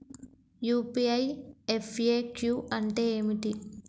UPI FAQ అంటే ఏమిటి?